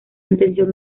atención